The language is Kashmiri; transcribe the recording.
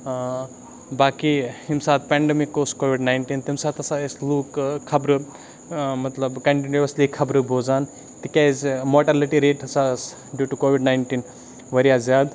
باقی ییٚمہِ ساتہٕ پٮ۪نڈٕمِک اوس کووِڈ ناینٹیٖن تَمہِ ساتہٕ ہَسا ٲسۍ لوٗکھ خبرٕ مطلب کَنٹِنیوٗوَسلی خبرٕ بوزان تِکیٛازِ ماٹَلِٹی ریٹ ہَسا ٲس ڈیوٗ ٹُہ کووِڈ ناینٹیٖن واریاہ زیادٕ